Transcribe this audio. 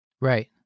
Right